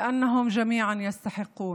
כי לכולם מגיע.)